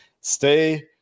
stay